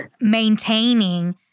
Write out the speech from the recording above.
maintaining